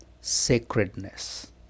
sacredness